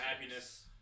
happiness